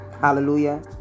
Hallelujah